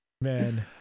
Man